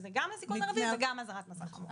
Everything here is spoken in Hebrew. שזה גם לסיכון מרבי וגם אזהרת מסע חמורה.